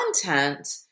content